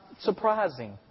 surprising